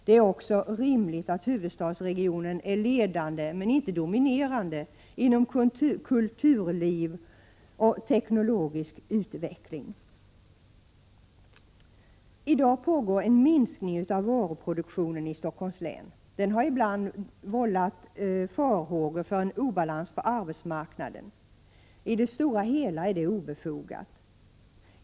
Det är också rimligt att huvudstadsregionen är ledande, men inte dominerande inom kulturliv och teknologisk utveckling. I dag pågår en minskning av varuproduktionen i Stockholms län. Det har ibland vållat farhågor för en obalans på arbetsmarknaden. I det stora hela är detta obefogat.